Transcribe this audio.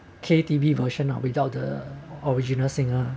K_T_V version ah without the original singer